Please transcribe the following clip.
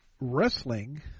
wrestling